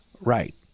Right